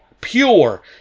pure